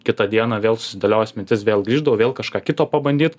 kitą dieną vėl susidėliojęs mintis vėl grįždavau vėl kažką kito pabandyt